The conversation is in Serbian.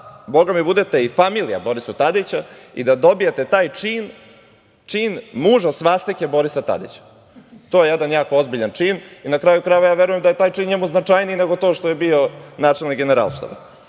bogami, budete i familija Borisa Tadića i da dobijete taj čin, čin muža svastike Borisa Tadića. To je jedan jako ozbiljan čin i, na kraju krajeva, ja verujem da je taj čin njemu značajniji nego to što je bio načelnik Generalštaba.